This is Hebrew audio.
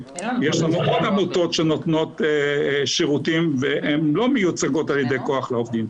יש לנו עוד עמותות שנותנות שירותים והן לא מיוצגות על ידי כח לעובדים.